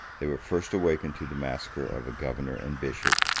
they were first awakened to the massacre of a governor and bishop,